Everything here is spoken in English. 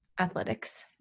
athletics